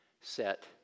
set